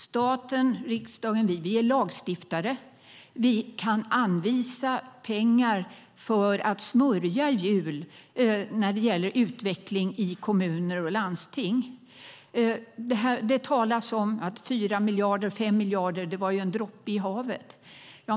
Staten, riksdagen, är lagstiftare. Vi kan anvisa pengar för att smörja hjul när det gäller utvecklingen i kommuner och landsting. Det sägs att 4 eller 5 miljarder var en droppe i havet.